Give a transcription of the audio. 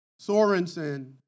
Sorensen